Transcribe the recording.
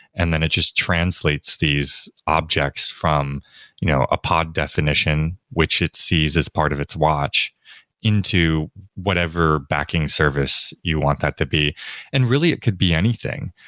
and then it just translates these objects from you know a pod definition, which it sees as part of its watch into whatever backing service you want that to be and really it could be anything.